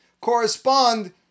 correspond